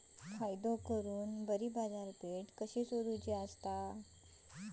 फायदो करून बरी बाजारपेठ कशी सोदुची?